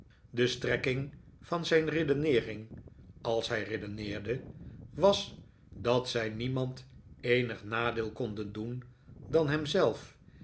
de strekking van zijn redeneering als hij redeneerde was dat zij niemand eenig nadeel konden doen dan hem